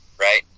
right